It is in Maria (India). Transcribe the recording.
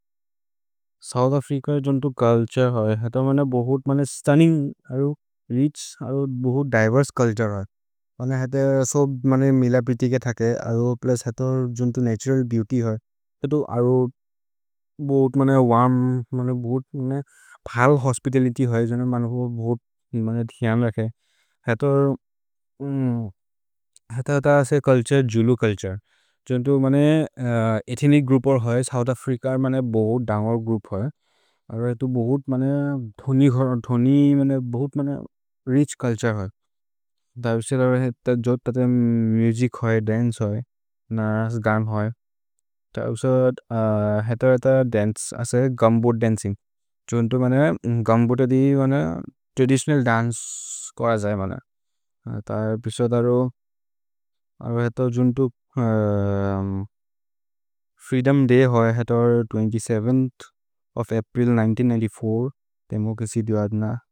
South Africa जुन्तो culture होइ, हेतो बहुत् स्तुन्निन्ग्, रिछ्, बहुत् दिवेर्से चुल्तुरे होइ। मने हेतो सो मिल प्रिति के थके, प्लुस् हेतो जुन्तो नतुरल् बेऔत्य् होइ। हेतो अरो बहुत् वर्म्, बहुत् फाल् होस्पितलित्य् होइ, जोनो मनुभो बहुत् धियन् रखे। हेतो तसे चुल्तुरे, जुलु चुल्तुरे। जुन्तो मने एथ्निच् ग्रोउप् होइ, सोउथ् अफ्रिच मने बहुत् दौन्गर् ग्रोउप् होइ। अरो हेतो बहुत् मने धोनि होइ, धोनि मने बहुत् मने रिछ् चुल्तुरे होइ। द उस्से लरो हेतो जोत तते मुसिच् होइ, दन्चे होइ, नस्, गम् होइ। द उस्से हेतो रेत दन्चे, असे गुम्बो दन्चिन्ग्। जुन्तो मने गुम्बो तते दि मने त्रदितिओनल् दन्चे कोर जये मने। तये प्रिस दरो, अरो हेतो जुन्तो फ्रीदोम् दय् होइ, हेतो त्वेन्त्य् सेवेन्थ् ओफ् अप्रिल् उन्निस् सो छौरसि, देमोक्रसि दिवाद् न।